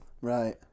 Right